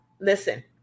Listen